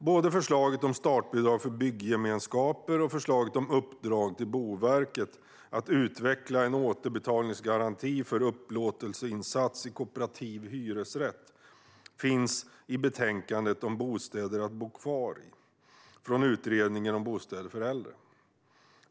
Både förslaget om startbidrag för byggemenskaper och förslaget om uppdrag till Boverket att utveckla en återbetalningsgaranti för upplåtelseinsats i kooperativ hyresrätt finns i betänkandet Bostäder att bo kvar i från Utredningen om bostäder för äldre.